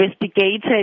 investigated